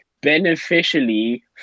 beneficially